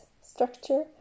structure